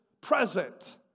present